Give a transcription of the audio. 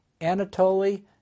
Anatoly